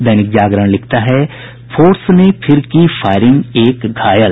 दैनिक जागरण लिखता है फोर्स ने फिर की फायरिंग एक घायल